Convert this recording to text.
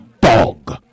dog